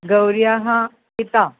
गौर्याः पिता